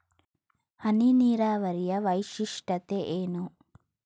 ಹನಿ ನೀರಾವರಿಯ ವೈಶಿಷ್ಟ್ಯತೆ ಏನು?